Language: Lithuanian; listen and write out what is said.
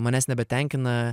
manęs nebetenkina